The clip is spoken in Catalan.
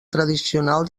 tradicional